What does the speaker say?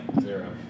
Zero